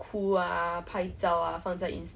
so there is this like